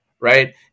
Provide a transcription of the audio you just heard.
right